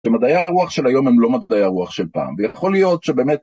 שמדעי הרוח של היום הם לא מדעי הרוח של פעם, ויכול להיות שבאמת...